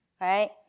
right